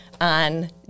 on